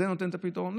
זה נותן את הפתרון?